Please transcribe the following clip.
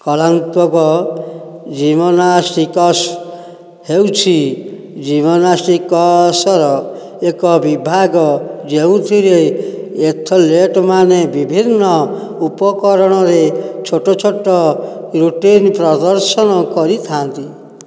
କଳାତ୍ମକ ଜିମ୍ନାଷ୍ଟିକ୍ସ ହେଉଛି ଜିମ୍ନାଷ୍ଟିକ୍ସର ଏକ ବିଭାଗ ଯେଉଁଥିରେ ଏଥଲେଟ୍ ମାନେ ବିଭିନ୍ନ ଉପକରଣରେ ଛୋଟ ଛୋଟ ରୁଟିନ୍ ପ୍ରଦର୍ଶନ କରିଥାନ୍ତି